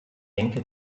denke